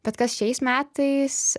bet kas šiais metais